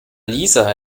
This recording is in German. lisa